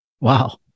Wow